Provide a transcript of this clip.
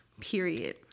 Period